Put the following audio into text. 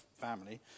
family